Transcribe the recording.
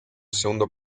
segundo